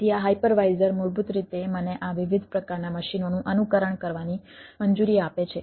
તેથી આ હાઇપરવાઈઝર મૂળભૂત રીતે મને આ વિવિધ પ્રકારના મશીનોનું અનુકરણ કરવાની મંજૂરી આપે છે